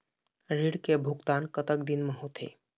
ऋण के भुगतान कतक दिन म होथे?